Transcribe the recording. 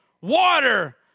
Water